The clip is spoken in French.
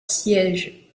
siège